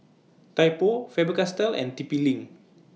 Typo Faber Castell and T P LINK